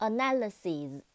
Analysis